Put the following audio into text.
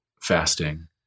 fasting